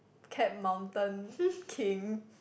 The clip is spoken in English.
cat mountain king